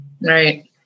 Right